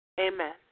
Amen